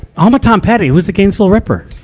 um tom petty. who's the gainesville ripper?